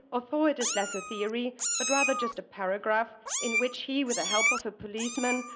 although it is less a theory but rather just a paragraph in which he, with the help of a policeman,